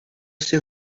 also